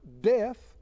death